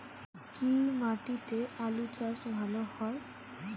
কি মাটিতে আলু চাষ ভালো হয়?